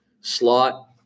slot